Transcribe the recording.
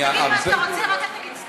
די, אל תגיד את זה.